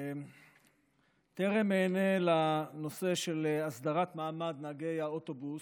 לפני שאענה בנושא של הסדרת מעמד נהגי האוטובוס,